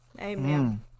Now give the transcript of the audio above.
Amen